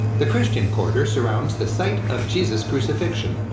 the christian quarter surrounds the site of jesus' crucifixion.